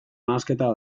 nahasketa